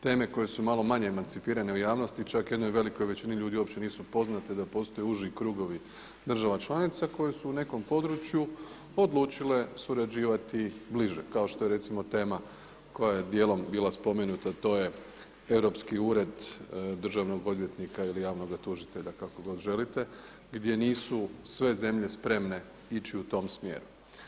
Teme koje su malo manje emancipirane u javnosti čak jednoj velikoj većini ljudi uopće nisu poznate da postoje uži krugovi država članica koje su u nekom području odlučile surađivati bliže kao što je recimo tema koja je dijelom bila spomenuta, a to je europski Ured državnog odvjetnika ili javnoga tužitelja kako god želite gdje nisu sve zemlje spremne ići u tom smjeru.